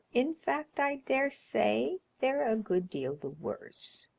in fact, i daresay they're a good deal the worse.